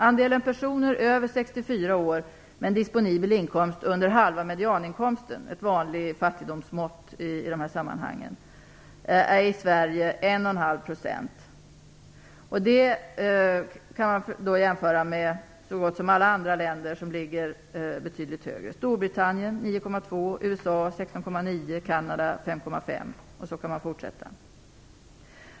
Andelen personer över 64 år med en disponibel inkomst under halva medianinkomsten - det är ett vanligt fattigdomsmått i dessa sammanhang - är i Sverige 1,5 %. Så gott som alla andra länder ligger betydligt högre. I Storbritannien är siffran 9,2 %, i USA 16,9 % och i Kanada 5,5 %. Så kan man fortsätta.